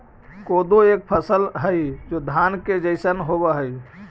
कोदो एक फसल हई जो धान के जैसन होव हई